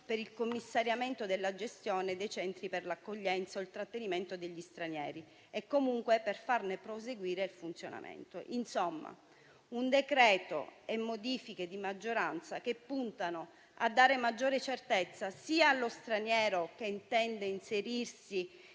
per il commissariamento della gestione dei centri per l'accoglienza o il trattenimento degli stranieri e comunque per farne proseguire il funzionamento. Il decreto-legge in esame, con le modifiche apportate dalla maggioranza, punta a dare maggiore certezza sia allo straniero che intende inserirsi